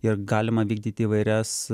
ir galima vykdyti įvairias